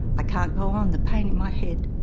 i can't go on, the pain in my head.